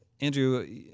Andrew